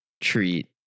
treat